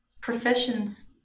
professions